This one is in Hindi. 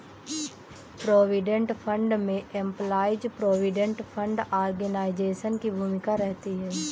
प्रोविडेंट फंड में एम्पलाइज प्रोविडेंट फंड ऑर्गेनाइजेशन की भूमिका रहती है